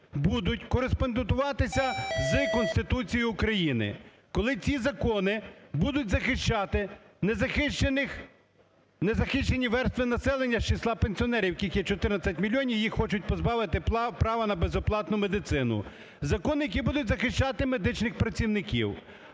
будуть кореспондуватися із Конституцією України, коли ці закони будуть захищати незахищені верстви населення із числа пенсіонерів, яких є 14 мільйонів і їх хочуть позбавити права на безоплатну медицину, закон, який буде захищати медичних працівників.